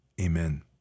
amen